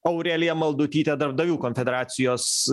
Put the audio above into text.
aurelija maldutytė darbdavių konfederacijos